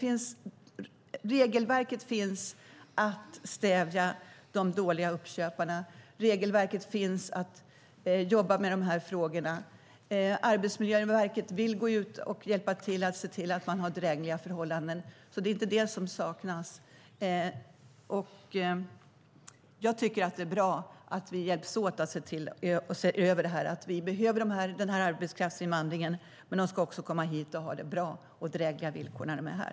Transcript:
Men regelverket finns för att stävja det här med de dåliga uppköparna. Regelverket finns när det gäller att jobba med de här frågorna. Arbetsmiljöverket vill gå ut och hjälpa till för att se till att det är drägliga förhållanden. Det är inte det som saknas. Jag tycker att det är bra att vi hjälps åt att se över det här. Vi behöver den här arbetskraftsinvandringen. Men de som kommer hit ska också ha det bra och ha drägliga villkor när de är här.